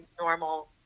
normal